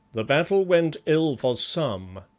the battle went ill for some,